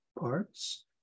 parts